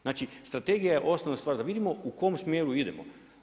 Znači strategija je osnovna stvar, da vidimo u kojem smjeru idemo.